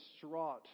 distraught